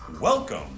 Welcome